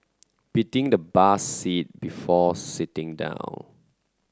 beating the bus seat before sitting down